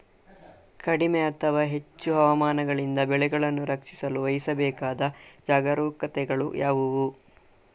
ಕಡಿಮೆ ಅಥವಾ ಹೆಚ್ಚು ಹವಾಮಾನಗಳಿಂದ ಬೆಳೆಗಳನ್ನು ರಕ್ಷಿಸಲು ವಹಿಸಬೇಕಾದ ಜಾಗರೂಕತೆಗಳು ಯಾವುವು?